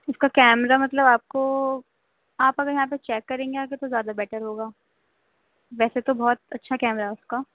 اس کا کیمرہ مطلب آپ کو آپ اگر یہاں پہ چیک کریں گے آ کے تو زیادہ بیٹر ہوگا ویسے تو بہت اچھا کیمرہ ہے اس کا